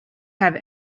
have